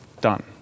done